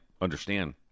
understand